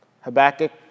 Habakkuk